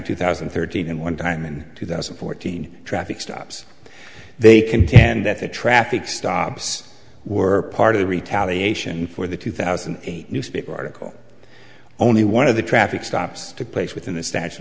two thousand and thirteen and one time in two thousand and fourteen traffic stops they contend that the traffic stops were part of the retaliation for the two thousand and eight newspaper article only one of the traffic stops took place within the statute of